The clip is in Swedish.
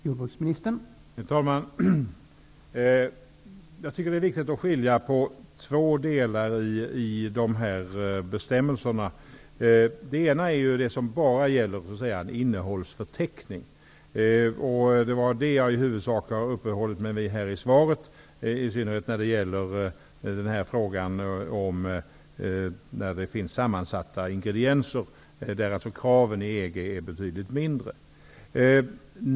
Herr talman! Jag tycker att det är viktigt att skilja mellan två delar i dessa bestämmelser. Det ena är det som bara gäller en innehållsförteckning. Det var detta som jag i huvudsak uppehöll mig vid i svaret, i synnerhet när det gäller frågan om när det finns sammansatta ingredienser, där kraven inom EG är betydligt mindre.